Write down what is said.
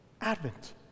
advent